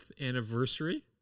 anniversary